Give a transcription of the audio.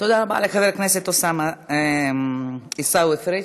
תודה רבה לחבר הכנסת עיסאווי פריג'.